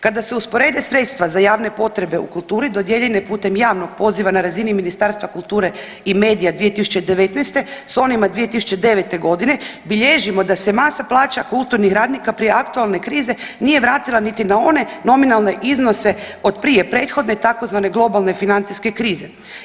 Kada se usporede sredstva za javne potrebe u kulturi dodijeljene putem javnog poziva na razini Ministarstva kulture i medija 2019. s onima 2009.g. bilježimo da se masa plaća kulturnih radnika prije aktualne krize nije vratila niti na one nominalne iznose od prije prethodne tzv. globalne financijske krize.